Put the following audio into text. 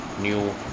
new